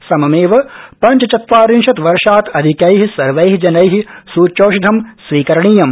सममेव पञ्चचत्वारिंशत् वर्षात् अधिकै सर्वै जनै सूच्यौषधं स्वीकरणीयम्